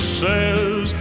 says